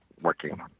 working